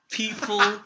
people